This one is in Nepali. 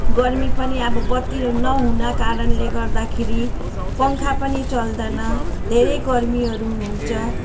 गर्मी पनि अब बत्ती नहुनाको कारणले गर्दा खेरि पङ्खा पनि चल्दैन धेरै गर्मीहरू हुन्छ